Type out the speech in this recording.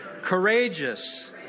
courageous